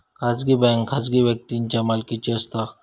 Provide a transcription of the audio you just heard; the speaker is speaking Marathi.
खाजगी बँक खाजगी व्यक्तींच्या मालकीची असता